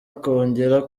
ukongera